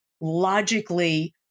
logically